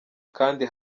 kandi